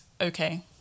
okay